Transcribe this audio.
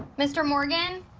mr. morgan.